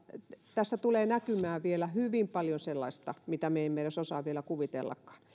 tässä tulee näkymään vielä hyvin paljon sellaista mitä me emme edes osaa vielä kuvitellakaan